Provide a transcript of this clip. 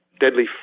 deadly